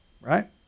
Right